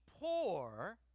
poor